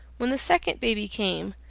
when the second baby came,